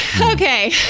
Okay